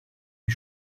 les